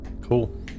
Cool